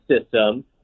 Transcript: system